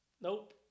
nope